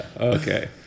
Okay